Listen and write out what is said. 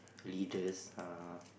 leaders uh